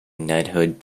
knighthood